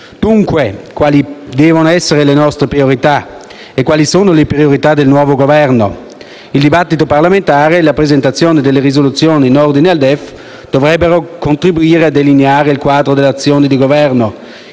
Dunque quali devono essere le nostre priorità? E quali sono le priorità del nuovo Governo? Il dibattito parlamentare e la presentazione delle proposte di risoluzioni in ordine al DEF dovrebbero contribuire a delineare il quadro dell'azione di Governo,